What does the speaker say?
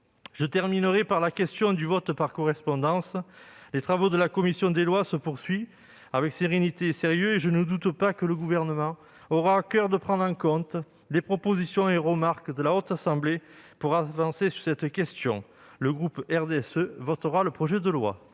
Je terminerai par la question du vote par correspondance. Les travaux de la commission des lois se poursuivent avec sérénité et sérieux. Je ne doute pas que le Gouvernement aura à coeur de prendre en compte les propositions et remarques de la Haute Assemblée pour avancer sur cette question. Le RDSE votera ces projets de loi.